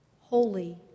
holy